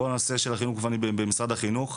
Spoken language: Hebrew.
כל הנושא של החינוך גופני במשרד החינוך.